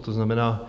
To znamená,